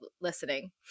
listening